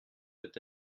peut